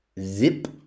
Zip